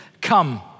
Come